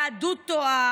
היהדות טועה,